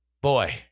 Boy